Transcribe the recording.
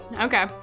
okay